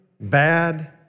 bad